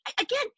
again